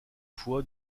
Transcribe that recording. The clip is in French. foi